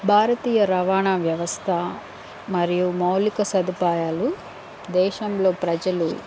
భారతీయ రవాణా వ్యవస్థ మరియు మౌలిక సదుపాయాలు దేశంలో ప్రజలు